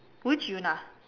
which Yoona